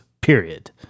period